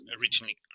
originally